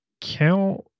count